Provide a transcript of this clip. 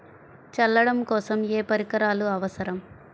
చల్లడం కోసం ఏ పరికరాలు అవసరం?